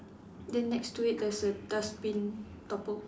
then next to it there's a dustbin toppled